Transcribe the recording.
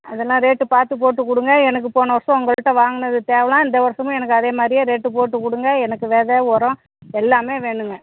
அதெலாம் ரேட்டு பார்த்து போட்டு கொடுங்க எனக்கு போன வருடம் உங்கள்கிட்ட வாங்கினது தேவலாம் இந்த வருடமும் எனக்கு அதேமாதிரியே ரேட்டு போட்டு கொடுங்க எனக்கு வெதை உரோம் எல்லாமே வேணுங்க